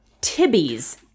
Tibby's